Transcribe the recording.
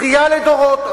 בכייה לדורות.